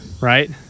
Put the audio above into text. Right